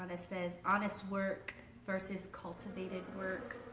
ah says honest work versus cultivated work